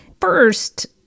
First